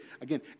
again